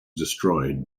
destroyed